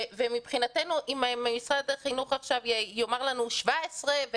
מבחינתנו אם משרד החינוך עכשיו יאמר לנו 17,